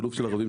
שילוב של ערבים,